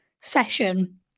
session